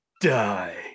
die